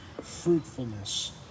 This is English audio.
fruitfulness